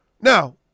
Now